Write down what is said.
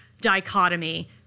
dichotomy